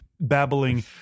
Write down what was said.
babbling